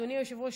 אדוני היושב-ראש,